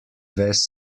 ves